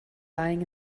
lying